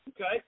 Okay